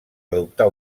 adoptar